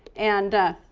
and